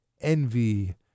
envy